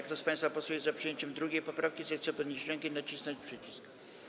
Kto z państwa posłów jest za przyjęciem 2. poprawki, zechce podnieść rękę i nacisnąć przycisk.